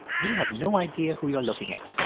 you have no idea who you're looking at